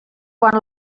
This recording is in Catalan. quan